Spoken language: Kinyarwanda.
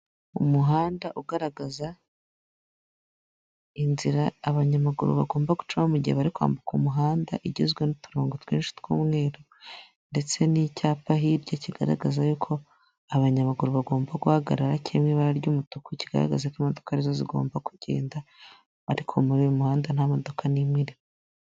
Umuhanda ugaragaza inzira abanyamaguru bagomba gucamo mugihe bari kwambuka umuhanda, igizwe n'uturongo twinshi tw'umweru, ndetse n'icyapa hirya, kigaragaza yuko abanyamaguru bagomba guhagarara, kirimo ibara ry'umutuku, kigaragaza ko imodoka ari zo zigomba kugenda, ariko muri uyu muhanda nta modoka n'imwe irimo.